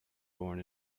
born